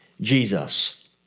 Jesus